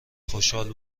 خشحال